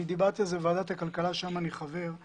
אני דיברתי על זה בוועדת הכלכלה שאני חבר בה